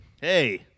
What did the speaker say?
Hey